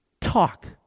Talk